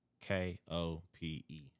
K-O-P-E